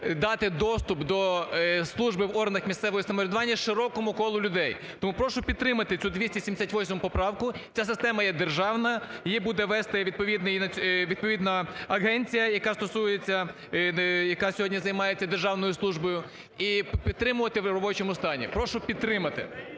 дати доступ до служби в органах місцевого самоврядування широкому колу людей. Тому прошу підтримати цю 288 поправку, ця система є державна, її буде вести відповідна агенція, яка стосується, яка сьогодні займається державною службою, і підтримувати в робочому стані. Прошу підтримати.